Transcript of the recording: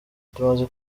tumaze